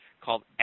called